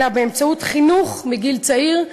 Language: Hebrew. אלא באמצעות חינוך מגיל צעיר,